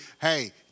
Hey